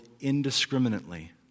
indiscriminately